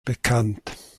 bekannt